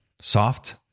soft